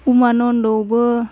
उमानन्दआवबो